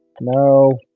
no